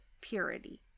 purity